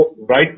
right